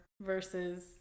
versus